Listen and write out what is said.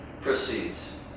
proceeds